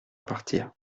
partir